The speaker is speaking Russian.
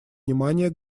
внимания